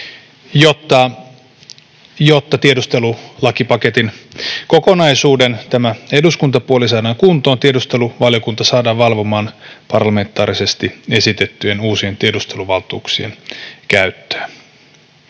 jotta tiedustelulakipaketin kokonaisuuden eduskuntapuoli saadaan kuntoon, tiedusteluvaliokunta saadaan valvomaan parlamentaarisesti esitettyjen uusien tiedusteluvaltuuksien käyttöä.